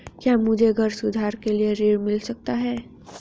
क्या मुझे घर सुधार के लिए ऋण मिल सकता है?